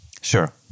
Sure